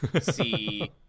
See